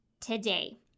today